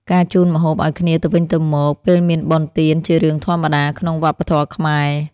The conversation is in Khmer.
ការជូនម្ហូបឲ្យគ្នាទៅវិញទៅមកពេលមានបុណ្យទានជារឿងធម្មតាក្នុងវប្បធម៌ខ្មែរ។